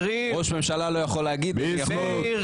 ראש ממשלה לא יכול להגיד: איני יכול עוד.